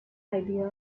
idea